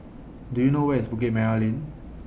Do YOU know Where IS Bukit Merah Lane